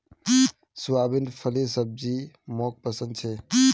soybean फलीर सब्जी मोक पसंद छे